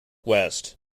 west